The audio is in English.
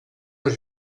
put